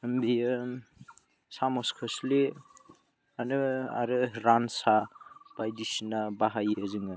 बेयो साम'स खोस्लि आनो आरो रानसा बायदिसिना बाहायो जोङो